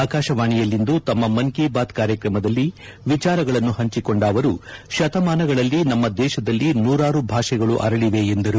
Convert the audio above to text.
ಆಕಾಶವಾಣಿಯಲ್ಲಿಂದು ತಮ್ಮ ಮನ್ ಕಿ ಬಾತ್ ಕಾರ್ಯಕ್ರಮದಲ್ಲಿ ವಿಚಾರಗಳನ್ನು ಹಂಚಿಕೊಂಡ ಅವರು ಶತಮಾನಗಳಲ್ಲಿ ನಮ್ಮ ದೇಶದಲ್ಲಿ ನೂರಾರು ಭಾಷೆಗಳು ಅರಳಿವೆ ಎಂದರು